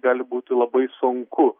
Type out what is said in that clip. gali būt labai sunku